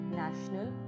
national